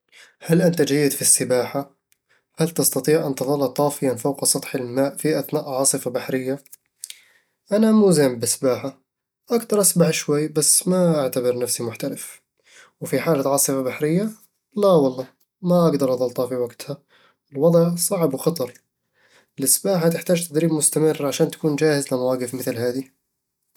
هل أنت جيد في السباحة؟ هل تستطيع أن تظل طافيًا فوق سطح الماء في أثناء عاصفة بحرية؟ أنا مو زين بالسباحة، أقدر أسبح شوي بس ما أعتبر نفسي محترف وفي حالة عاصفة بحرية؟ لا والله، ما أقدر أظل طافي وقتها، الوضع صعب وخطر السباحة تحتاج تدريب مستمر عشان تكون جاهز لمواقف مثل هذي